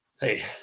hey